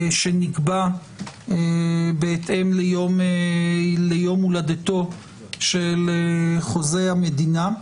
שנקבע בהתאם ליום הולדתו של חוזה המדינה.